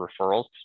referrals